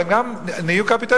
הם נהיו קפיטליסטיים,